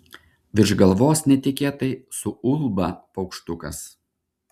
virš galvos netikėtai suulba paukštukas